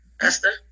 Esther